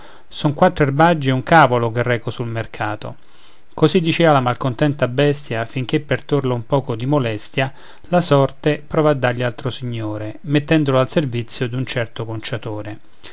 son quattro erbaggi e un cavolo che reco sul mercato così dicea la malcontenta bestia finché per torla un poco di molestia la sorte prova a dargli altro signore mettendolo al servizio d'un certo conciatore